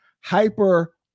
hyper